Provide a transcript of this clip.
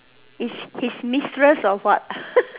is his mistress or what